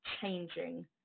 changing